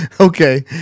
Okay